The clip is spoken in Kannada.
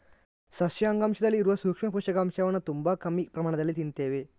ಸಸ್ಯ ಅಂಗಾಂಶದಲ್ಲಿ ಇರುವ ಸೂಕ್ಷ್ಮ ಪೋಷಕಾಂಶವನ್ನ ತುಂಬಾ ಕಮ್ಮಿ ಪ್ರಮಾಣದಲ್ಲಿ ತಿಂತೇವೆ